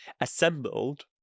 assembled